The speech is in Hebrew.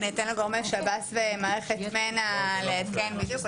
אני אתן לגורמי שב"ס ומערכת מנ"ע לעדכן בדיוק,